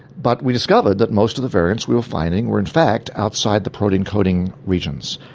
but we discovered that most of the variants we were finding were in fact outside the protein coding regions.